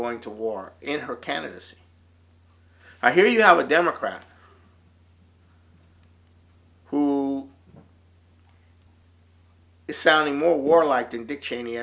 going to war in her candidacy i hear you have a democrat who is sounding more warlike and dick cheney